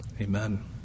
Amen